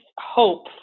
hope